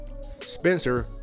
spencer